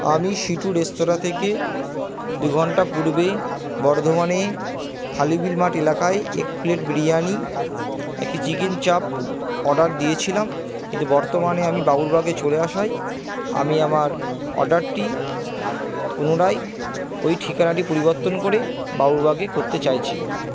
আমি C two restaurant থেকে দু ঘন্টা পূর্বে বর্ধমানে খালি বিল মাঠ এলাকায় এক প্লেট বিরিয়ানি একটি চিকেন চাপ অর্ডার দিয়েছিলাম কিন্তু বর্তমানে আমি বাবুরবাগে চলে আসায় আমি আমার অর্ডারটি পুনরায় ওই ঠিকানাটি পরিবর্তন করে বাবুরবাগে করতে চাইছি